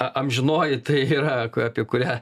a amžinoji tai yra apie kurią